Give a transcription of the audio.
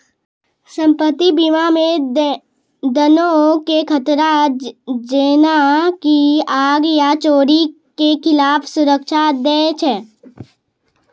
सम्पति बीमा मे धनो के खतरा जेना की आग या चोरी के खिलाफ सुरक्षा दै छै